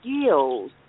skills